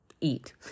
eat